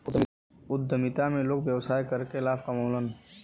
उद्यमिता में लोग व्यवसाय करके लाभ कमावलन